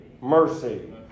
mercy